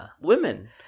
women